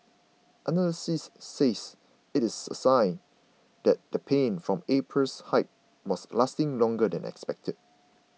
analysts say it is a sign that the pain from April's hike was lasting longer than expected